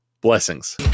Blessings